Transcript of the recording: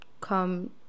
come